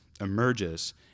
emerges